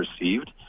received